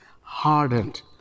hardened